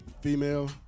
female